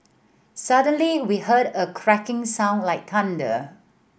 suddenly we heard a cracking sound like thunder